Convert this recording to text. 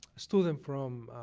student from